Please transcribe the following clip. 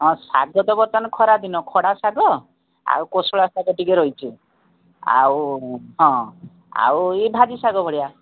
ହଁ ଶାଗ ତ ବର୍ତ୍ତମାନ ଖରାଦିନ ଖଡ଼ା ଶାଗ ଆଉ କୋଶଳା ଶାଗ ଟିକେ ରହିଛି ଆଉ ହଁ ଆଉ ଇଏ ଭାଜି ଶାଗ ଭଳିଆ